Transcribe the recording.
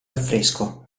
affresco